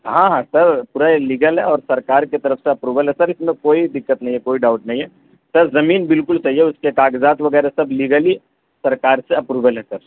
ہاں ہاں سر پورا یہ لیگل ہے اور سرکار کی طرف سے اپروول ہے سر اس میں کوئی دقت نہیں ہے کوئی ڈاؤٹ نہیں ہے سر زمین بالکل صحیح ہے اس کے کاغذات وغیرہ سب لیگل ہی سرکار سے اپروول ہے سر